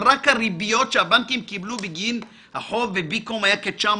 אבל רק הריביות שהבנקים קיבלו בגין החוב בבי-קום היה כ-900